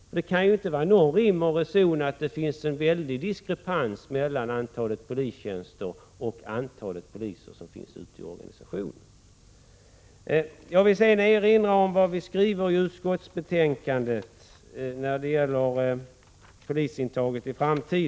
Det kan inte vara rim och reson att det finns en stor diskrepans mellan antalet polistjänster och antalet poliser ute i organisationen. Jag vill vidare erinra om vad vi i utskottsbetänkandet skriver om den framtida intagningen av polisaspiranter.